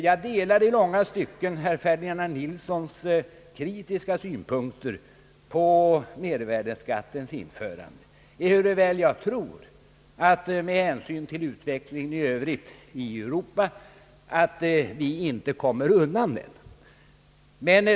Jag delar i långa stycken herr Ferdinand Nilssons kritiska synpunkter på mervärdeskatten, ehuruväl jag tror att vi med hänsyn till utvecklingen i övrigt i Europa inte kommer undan den.